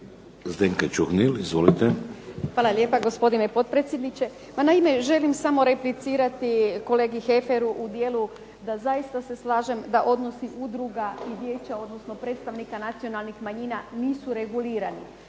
Zdenka (Nezavisni)** Hvala lijepa gospodine potpredsjedniče. Pa naime, želim samo replicirati kolegi Hefferu u dijelu da zaista se slažem da odnosi udruga i vijeća odnosno predstavnika nacionalnih manjina nisu regulirani,